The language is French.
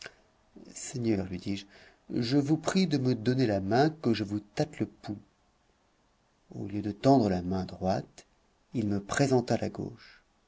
seigneur lui dis-je je vous prie de me donner la main que je vous tâte le pouls au lieu de tendre la main droite il me présenta la gauche